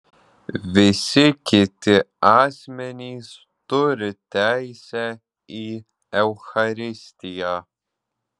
visi kiti asmenys turi teisę į eucharistiją